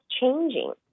changing